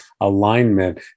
alignment